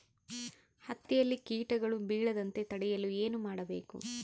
ಹತ್ತಿಯಲ್ಲಿ ಕೇಟಗಳು ಬೇಳದಂತೆ ತಡೆಯಲು ಏನು ಮಾಡಬೇಕು?